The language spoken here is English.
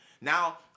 Now